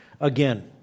again